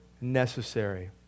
necessary